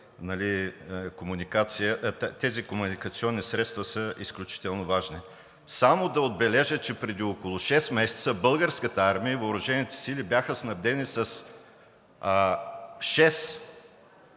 тези комуникационни средства са изключително важни. Само да отбележа, че преди около шест месеца Българската армия и въоръжените сили бяха снабдени с шест